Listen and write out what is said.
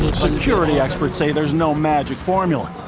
security experts say there's no magic formula,